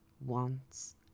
wants